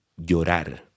llorar